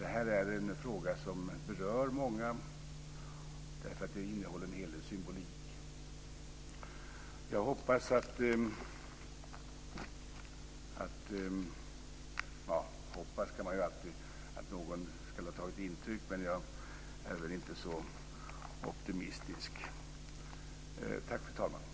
Det här är en fråga som berör många därför att den innehåller en hel del symbolik. Hoppas kan man ju alltid att någon skulle ha tagit intryck, men jag är inte så optimistisk. Tack, fru talman!